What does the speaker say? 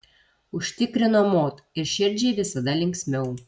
užtikrino mod ir širdžiai visada linksmiau